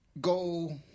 go